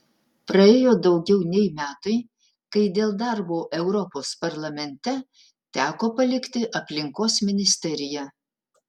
praėjo daugiau nei metai kai dėl darbo europos parlamente teko palikti aplinkos ministeriją